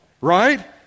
right